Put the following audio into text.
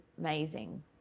amazing